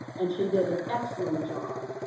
and she did an excellent job.